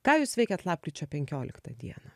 ką jūs veikėt lapkričio penkioliktą dieną